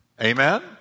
Amen